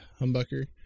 humbucker